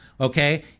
okay